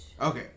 Okay